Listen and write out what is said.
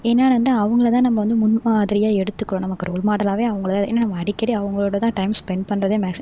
ஏன்னால் வந்து அவங்களதான் நம்ம வந்து முன்மாதிரியாக எடுத்துக்கிறோம் நமக்கு ரோல் மாடலாகவே அவங்கள ஏன்னால் நம்ம அடிக்கடி அவங்களோடதான் டைம் ஸ்பென் பண்ணுறதே மேக்சி